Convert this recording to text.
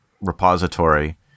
repository